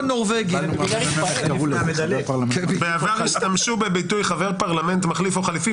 בעבר השתמשו בביטוי חבר פרלמנט מחליף או חליפי.